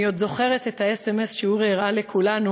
אני עוד זוכרת סמ"ס שאורי הראה לכולנו,